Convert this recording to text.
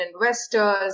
investors